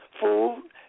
food